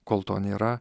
kol to nėra